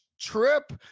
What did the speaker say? trip